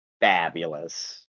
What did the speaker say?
Fabulous